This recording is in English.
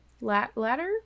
ladder